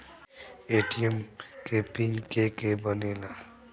ATM के pin के के बनेला?